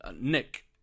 Nick